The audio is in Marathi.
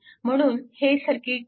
म्हणून हे सर्किट 4